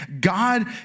God